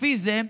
לפי זה,